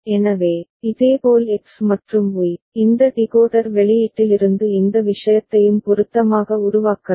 எனவே இதேபோல் எக்ஸ் மற்றும் ஒய் இந்த டிகோடர் வெளியீட்டிலிருந்து இந்த விஷயத்தையும் பொருத்தமாக உருவாக்கலாம்